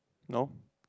no